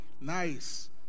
Nice